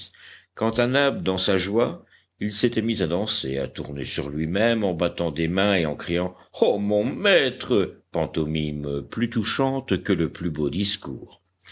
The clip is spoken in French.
quant à nab dans sa joie il s'était mis à danser à tourner sur lui-même en battant des mains et en criant oh mon maître pantomime plus touchante que le plus beau discours